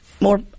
more